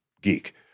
geek